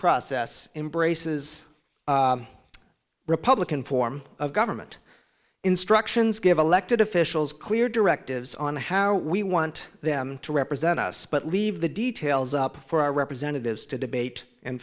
process embraces republican form of government instructions given elected officials clear directives on how we want them to represent us but leave the details up for our representatives to debate and